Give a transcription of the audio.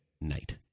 night